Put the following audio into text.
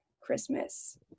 Christmas